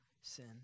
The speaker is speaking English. sin